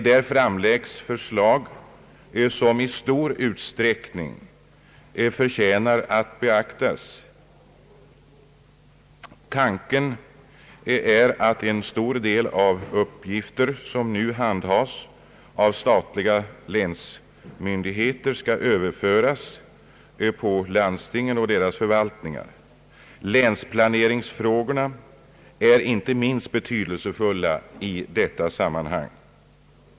Där framläggs förslag som i stor utsträckning förtjänar att beaktas. Tanken är att en stor del av de uppgifter som nu handhas av statliga länsmyndigheter skall överföras på landstingen och deras förvaltningar. Länsplaneringsfrågorna är inte minst betydelsefulla i detta sammanhang.